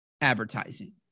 advertising